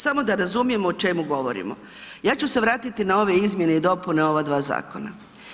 Samo da razumijemo o čemu govorimo, ja ću se vratiti na ove izmjene i dopune ova dva zakona.